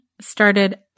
started